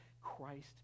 Christ